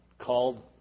called